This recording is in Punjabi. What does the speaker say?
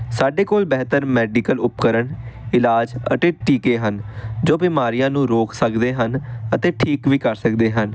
ਸਾਡੇ ਕੋਲ ਬਿਹਤਰ ਮੈਡੀਕਲ ਉਪਕਰਨ ਇਲਾਜ ਅਤੇ ਟੀਕੇ ਹਨ ਜੋ ਬਿਮਾਰੀਆਂ ਨੂੰ ਰੋਕ ਸਕਦੇ ਹਨ ਅਤੇ ਠੀਕ ਵੀ ਕਰ ਸਕਦੇ ਹਨ